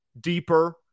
deeper